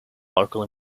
local